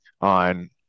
on